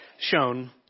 shown